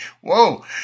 Whoa